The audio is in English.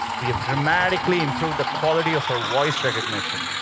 we have dramatically improved the quality of our voice recognition.